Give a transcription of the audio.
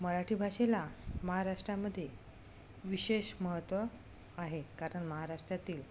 मराठी भाषेला महाराष्ट्रामध्ये विशेष महत्त्व आहे कारण महाराष्ट्रातील